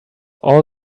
all